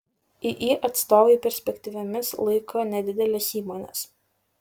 iį atstovai perspektyviomis laiko nedideles įmones